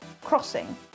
crossing